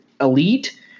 Elite